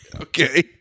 Okay